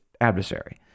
adversary